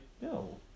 no